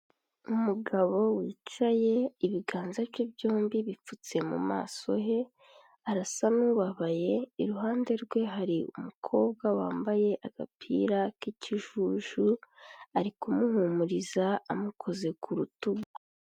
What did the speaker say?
Umugabo wicaye ibiganza bye byombi bipfutse mu maso he, arasa n'ubabaye, iruhande rwe hari umukobwa wambaye agapira k'ikijuju, ari kumuhumuriza amukoze ku rutugu.